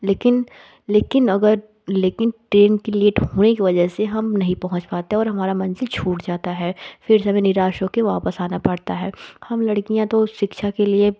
लेकिन लेकिन अगर लेकिन ट्रेन के लेट होने की वजह से हम नहीं पहुंच पाते हैं और हमारी मंज़िल छूट जाती है फिर से हमें नीराश हो कर वापस आना पड़ता है हम लड़कियाँ तो शिक्षा के लिए